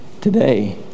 today